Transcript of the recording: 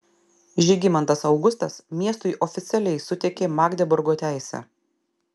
žygimantas augustas miestui oficialiai suteikė magdeburgo teisę